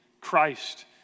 Christ